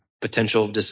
potential